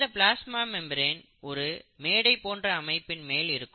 இந்த plasma membrane ஒரு மேடை போன்ற அமைப்பின் மேல் இருக்கும்